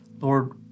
Lord